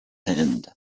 hand